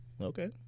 Okay